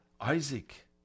Isaac